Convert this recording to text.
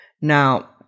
Now